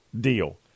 deal